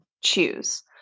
choose